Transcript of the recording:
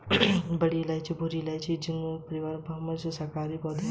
बड़ी इलायची भूरी इलायची, जिंजिबेरेसी परिवार का एक बारहमासी शाकाहारी पौधा है